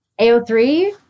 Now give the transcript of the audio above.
AO3